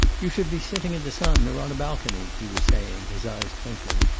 you should be sitting in the sun, or on a balcony, he was saying, his eyes twinkling.